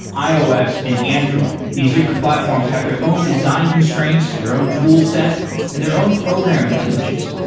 ios and android. these different platforms have their own design constraints, their own toolset and their own programming languages.